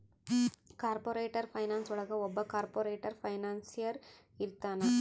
corporate finance ಒಳಗ ಒಬ್ಬ corporator financier ಇರ್ತಾನ